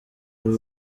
ibi